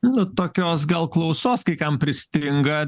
nu tokios gal klausos kai kam pristinga